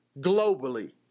globally